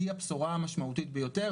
היא הבשורה המשמעותית ביותר.